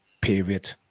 period